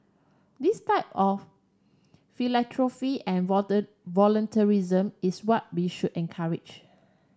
this type of philanthropy and volunteerism is what we should encourage